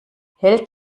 hält